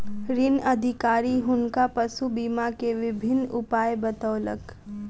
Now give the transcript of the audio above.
ऋण अधिकारी हुनका पशु बीमा के विभिन्न उपाय बतौलक